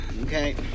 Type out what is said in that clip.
okay